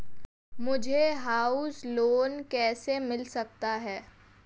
मुझे house loan कैसे मिल सकता है?